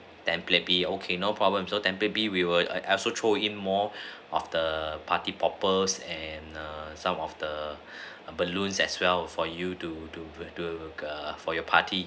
template B okay no problem so template B we will also throw in more of the party poppers and err some of the balloons as well for you to to to err for your party